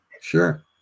Sure